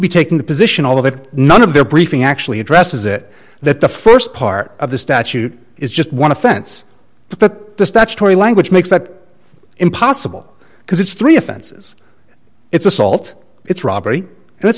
be taking the position all of that none of their briefing actually addresses it that the st part of the statute is just one offense but that the statutory language makes that impossible because it's three offenses it's assault it's robbery it's